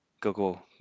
Google